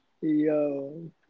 Yo